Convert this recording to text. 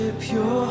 Pure